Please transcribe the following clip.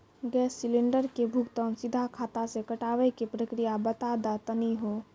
Gas cylinder के भुगतान सीधा खाता से कटावे के प्रक्रिया बता दा तनी हो?